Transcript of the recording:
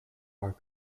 are